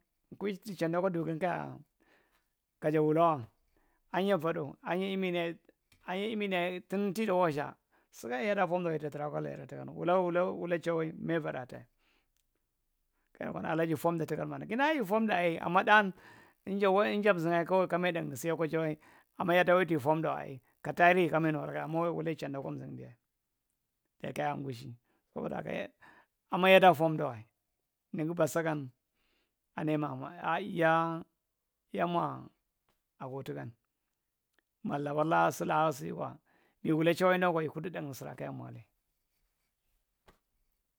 Kuji ti chanda kwa durin kaja wulawa ahninya uva tdo ahinya iminiyaye ahinya miniyaye tin tinta wadza sigan yadaa fomdawe eta- tra kwa lera a tukan wula wula wula chawae maivaɗolah ta kaya kwaɗa alaaji fomɗa tukan mana kina aai ifomda ai amma ɗayen enja inja eumzingae kawaw kama ki- taɗangɗi siya kwa jawai ama yaɗɗa wi ki fomɗawae ai ka taarihi kama yi nuwulugue ama wulawae ki chanda’a kwa jing diyae dayi kaya gushi saboda haka amma yeɗaaa fondawae nigi ba sakan anne mama yaa ya. wa ago tukan ma labar laa sulaka sikwa iwula chawee dan- kwa ikur tih nɗandi siraa kaya mwa le.